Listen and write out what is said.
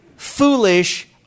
foolish